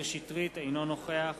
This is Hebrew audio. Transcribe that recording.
אינו נוכח